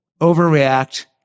overreact